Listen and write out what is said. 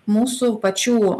mūsų pačių